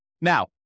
Now